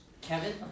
Kevin